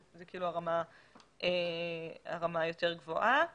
וזה הרמה הגבוהה יותר.